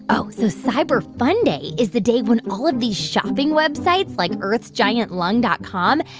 oh, so cyber fun day is the date when all of these shopping websites, like earthsgiantlung dot com,